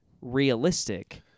realistic